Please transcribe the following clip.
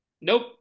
nope